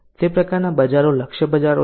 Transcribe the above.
તે પ્રકારના બજારો લક્ષ્ય બજારો છે